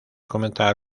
comenzar